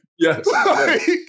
Yes